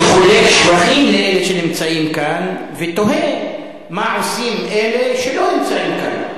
אני חולק שבחים לאלה שנמצאים כאן ותוהה מה עושים אלה שלא נמצאים כאן.